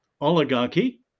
oligarchy